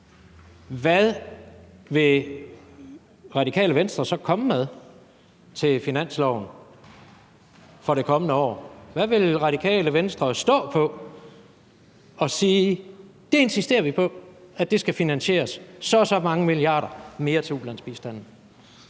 Hvad vil Radikale Venstre komme med til finansloven for det kommende år? Hvad vil Radikale Venstre stå på, og hvor vil de sige: Vi insisterer på, at det skal finansieres, og at der skal komme så og så mange